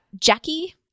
Jackie